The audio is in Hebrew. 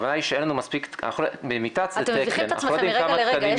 אתם מביכים את עצמכם מרגע לרגע.